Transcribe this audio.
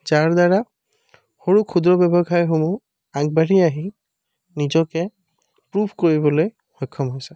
যাৰ দ্বাৰা সৰু ক্ষুদ্ৰ ব্যৱসায়সমূহ আগবাঢ়ি আহি নিজকে প্ৰুফ কৰিবলৈ সক্ষম হৈছে